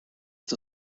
its